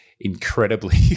incredibly